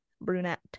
brunette